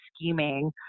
scheming